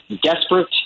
desperate